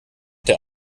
der